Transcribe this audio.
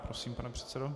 Prosím, pane předsedo.